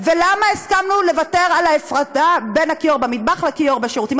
ולמה הסכמנו לוותר על ההפרדה בין הכיור במטבח לכיור בשירותים?